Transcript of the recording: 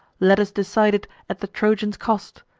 let us decide it at the trojan's cost,